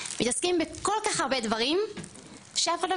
מתעסקים בכל כך הרבה דברים שאף פעם לא